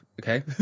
Okay